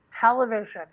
television